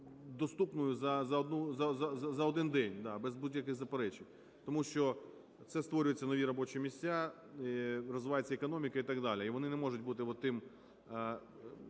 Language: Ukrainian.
доступною за один день без будь-яких заперечень. Тому що це створюються нові робочі місця, розвивається економіка і так далі. І вони не можуть бути отим